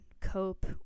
cope